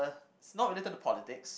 it's not related to politics